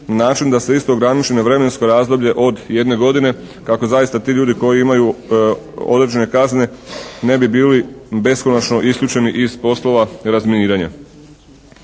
način da se isto ograniči na vremensko razdoblje od jedne godine kako zaista ti ljudi koji imaju određene kazne ne bi bili beskonačno isključeni iz poslova razminiranja.